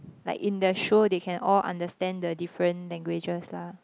like in the show they can all understand the different languages lah